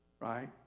Right